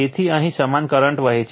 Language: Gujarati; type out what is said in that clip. તેથી અહીં સમાન કરંટ વહે છે